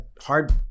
hard